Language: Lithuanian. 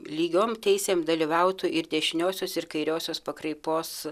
lygiom teisėm dalyvautų ir dešiniosios ir kairiosios pakraipos